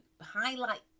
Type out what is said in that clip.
highlight